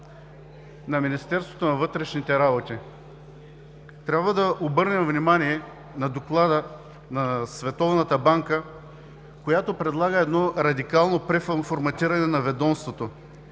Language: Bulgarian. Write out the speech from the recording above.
на Министерството на вътрешните работи. Трябва да обърнем внимание на доклада на Световната банка, която предлага едно радикално преформатиране на ведомството.